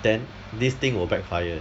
then this thing will backfire